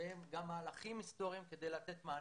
שהם גם מהלכים היסטוריים כדי לתת כאן מענה.